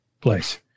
place